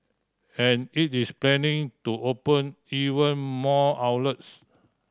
and it is planning to open even more outlets